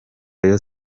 rayon